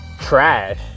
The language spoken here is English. trash